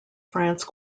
france